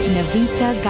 Navita